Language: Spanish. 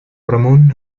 ramón